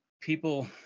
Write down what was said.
people